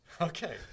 okay